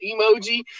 emoji